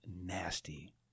nasty